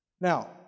Now